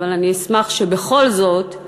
אבל אני אשמח שבכל זאת,